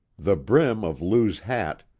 the brim of lou's hat,